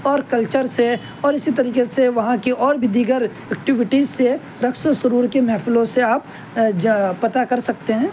culture سے اور اسی طریقے سے وہاں کی اور بھی دیگر ایکٹیویٹیز سے رقص و سرور کی محفلوں سے آپ پتہ کر سکتے ہیں